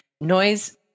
Noise